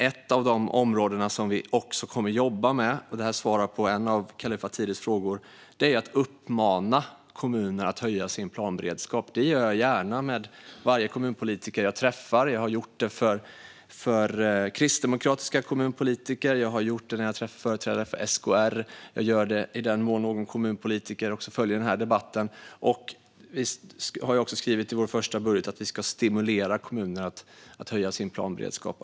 Ett av de områden som vi kommer att jobba med - det här svarar på en av Kallifatides frågor - är att uppmana kommuner att höja sin planberedskap. Det gör jag gärna med varje kommunpolitiker jag träffar. Jag har gjort det med kristdemokratiska kommunpolitiker, och jag har gjort det när jag träffat företrädare för SKR. Jag gör det också i den mån någon kommunpolitiker följer den här debatten. I vår första budget har vi också skrivit att vi ska stimulera kommuner att höja sin planberedskap.